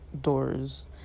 Doors